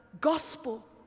gospel